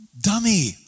dummy